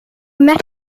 met